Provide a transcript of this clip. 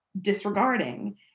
disregarding